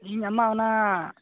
ᱤᱧ ᱟᱢᱟᱜ ᱚᱱᱟ